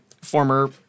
former